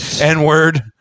N-word